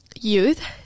youth